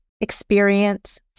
experience